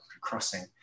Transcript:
crossing